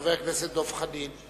חבר הכנסת דב חנין.